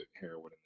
heroin